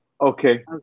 Okay